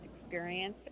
experience